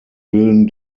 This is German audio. willen